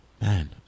man